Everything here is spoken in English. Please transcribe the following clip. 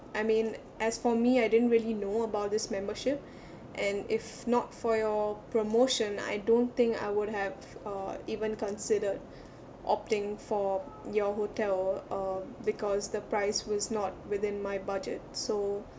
I mean as for me I didn't really know about this membership and if not for your promotion I don't think I would have uh even considered opting for your hotel uh because the price was not within my budget so